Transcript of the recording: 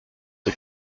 the